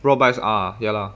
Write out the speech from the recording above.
road bikes uh ya lah